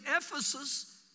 Ephesus